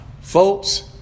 Folks